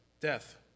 death